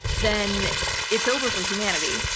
then it's over for humanity.